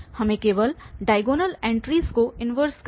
हमें केवल diagonal entries को इन्वर्स करना है